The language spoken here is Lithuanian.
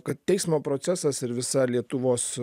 kad teismo procesas ir visa lietuvos